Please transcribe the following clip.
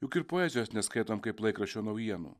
juk ir poezijos neskaitom kaip laikraščio naujienų